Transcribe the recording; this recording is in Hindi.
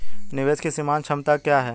निवेश की सीमांत क्षमता क्या है?